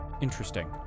Interesting